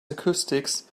acoustics